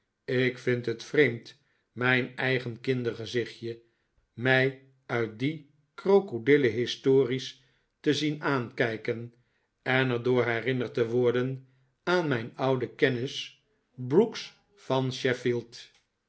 ik vind het vreemd mijn eigen kindergezichtje mij uit die krokodillen histories te zien aankijken en er door herinnerd te worden aan mijn ouden kennis brooks van sheffield